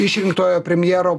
išrinktojo premjero